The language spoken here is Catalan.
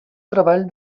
treball